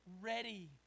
ready